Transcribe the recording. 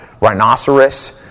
rhinoceros